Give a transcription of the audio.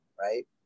right